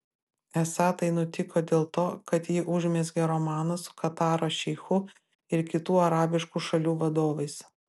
esą tai nutiko dėl to kad ji užmezgė romaną su kataro šeichu ir kitų arabiškų šalių vadovais